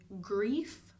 grief